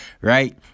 right